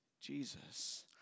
Jesus